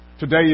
Today